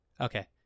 Okay